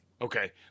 Okay